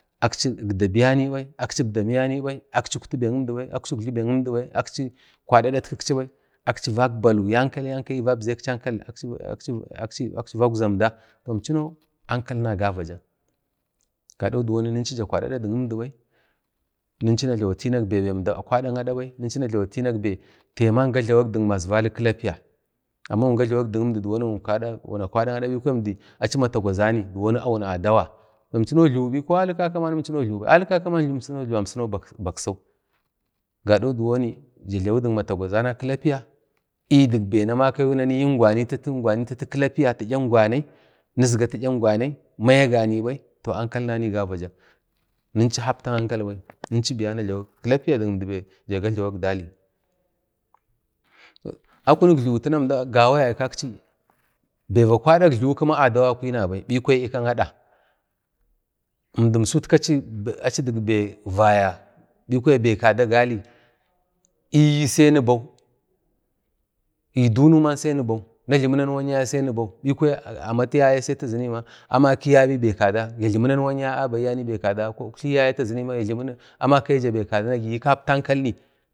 akchi əbdamiyani bai akchi uktu bai kindi bai akchi ukgu bai kindi bai akchi kwada adatkiksi bai aksi vakbalu yankal yankal ni vabzeksi ankal aski-aksi vaukza əmda imchanu ankalna gavadak gado diwoni ninchu ja kwadi ada dk əmdibai ninchu na jlawi a chinak bai əmdi akwadak ada bai ninchu na jlawi a tinak bai əmda akwadak ada bai bikwa əmdi achi matagwazani kwari wun adawa əmchinau jliwi bai alik kaka ba imchinau jliwibai gade diwon ni jin jlabu dik matagwazana kilapiya, ni dik bai ti'yi angwanai nizga ti'yi angwanai maya ganai bai toh ankainanai gavadak ninchu hapta ankalbai ninchu biya na jlamu kilapiya dik əmdi bai ja gajlawak dali. Akunik jliwi tanau əmda bai vakwadak jliwi gina adawakawi nabai bkwa ikwi kada əmdinasau achi dik vaya bikwa dik kada gali iyi sai nibau i dunau ba sai nibau bikwaya amat yaye sai tazini ma amakiya bai kada ya jlimu nanawan yaya amakiya fi kada ko uktlaiyaye tazini mama amakija bai kada ka kapti ankalni